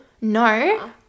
No